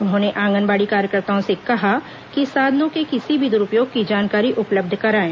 उन्होंने आगंनबाड़ी कार्यकर्ताओं से कहा कि साधनों के किसी भी दुरूपयोग की जानकारी उपलब्ध कराएं